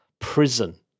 prison